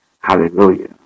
Hallelujah